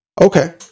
Okay